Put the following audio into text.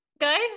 Guys